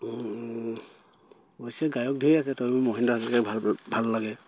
অৱশ্যে গায়ক ধেৰ আছে মহেন্দ্ৰ হাজৰিকাক ভাল লাগে